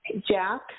Jack